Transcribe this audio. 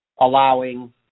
allowing